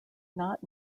not